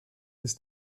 ist